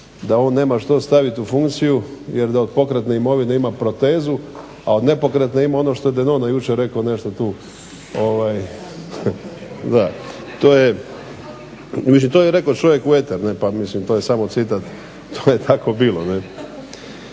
da on nema što stavit u funkciju jer da od pokretne imovine ima protezu, a od nepokretne ima ono što je Denona rekao jučer nešto tu. Da, mislim to je rekao čovjek u eter, ne pa mislim to je samo citat. To je tako bilo.